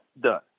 Done